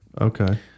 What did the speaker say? Okay